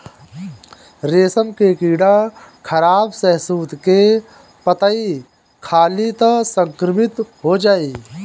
रेशम के कीड़ा खराब शहतूत के पतइ खाली त संक्रमित हो जाई